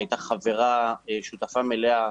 היא הייתה שותפה מלאה